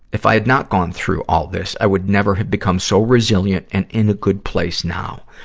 if i had not gone through all this, i would never have become so resilient and in a good place now.